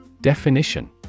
Definition